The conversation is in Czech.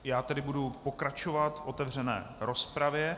Já tedy budu pokračovat v otevřené rozpravě.